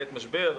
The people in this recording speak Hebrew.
בעת משבר.